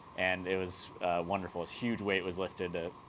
and it was wonderful, a huge weight was lifted, ah